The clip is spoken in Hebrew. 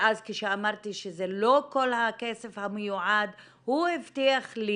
ואז כשאמרתי שזה לא כל הכסף המיועד הוא הבטיח לי